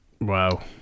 Wow